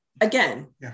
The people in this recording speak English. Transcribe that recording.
again